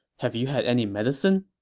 have you had any medicine?